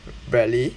bradley